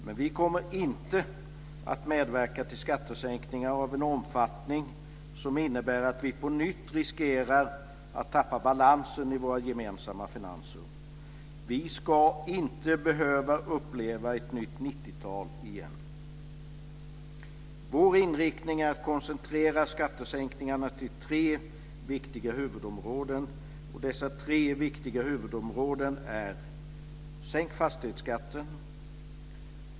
Men vi kommer inte att medverka till skattesänkningar av en omfattning som innebär att vi riskerar att på nytt tappa balansen i våra gemensamma finanser. Vi ska inte behöva uppleva ett nytt 90-tal. Vår inriktning är att man ska koncentrera skattesänkningarna till tre viktiga huvudområden: Sänk fastighetsskatten!